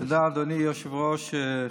אדוני היושב-ראש.